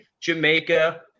Jamaica